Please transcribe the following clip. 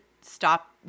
stop